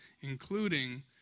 Including